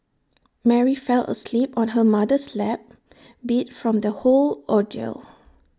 Mary fell asleep on her mother's lap beat from the whole ordeal